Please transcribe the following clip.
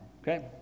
okay